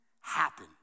happen